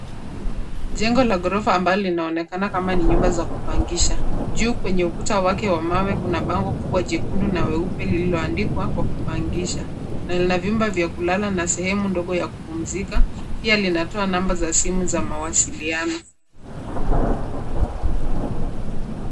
Jengo la ghorofa ambalo linaonekana kama ni nyumba za kupangisha. Juu kwenye ukuta wake wa mawe kuna bango kubwa jekundu na weupe lilioandikwa kwa kupangisha. Lina vyumba vya kulala na sehemu ndogo ya kupumzika. Pia linatoa namba za simu za mawasiliano.